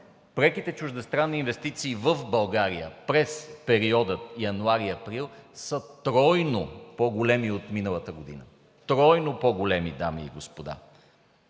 преките чуждестранни инвестиции в България през периода януари-април, са тройно по-големи от миналата година. Тройно по-големи, дами и господа!